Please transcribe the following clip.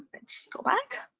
let's go back.